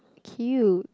cute